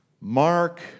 Mark